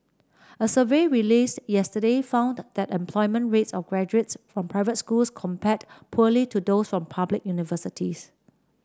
a survey released yesterday found that employment rates of graduates from private schools compared poorly to those from public universities